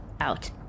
out